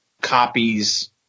copies